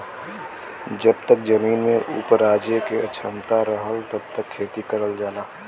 जब तक जमीन में उपराजे क क्षमता रहला तब तक खेती करल जाला